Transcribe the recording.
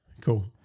Cool